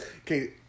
Okay